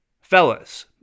fellas